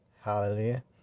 Hallelujah